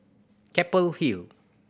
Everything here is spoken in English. Keppel Hill